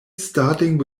starting